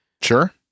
Sure